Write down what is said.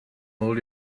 hold